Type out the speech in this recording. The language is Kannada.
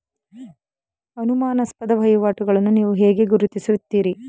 ಅನುಮಾನಾಸ್ಪದ ವಹಿವಾಟುಗಳನ್ನು ನೀವು ಹೇಗೆ ಗುರುತಿಸುತ್ತೀರಿ?